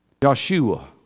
Joshua